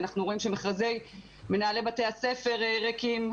אנחנו רואים שמכרזי מנהלי בתי הספר ריקים.